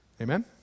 Amen